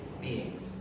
beings